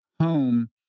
home